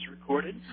recorded